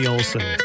Olson